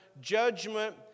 judgment